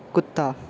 ਕੁੱਤਾ